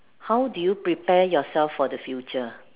how do you prepare yourself for the future